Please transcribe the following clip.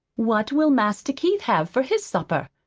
what will master keith have for his supper?